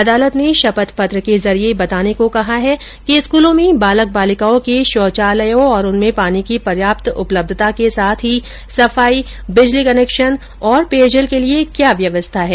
अदालत ने शपथ पत्र के जरिए बताने को कहा है कि स्कूलों में बालक बालिकाओं के शौचालयों और उनमें पानी की पर्याप्त उपलब्धता के साथ ही सफाई बिजली कनेक्शन और पेयजल के लिए क्या व्यवस्था है